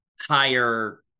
higher